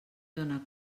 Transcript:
dóna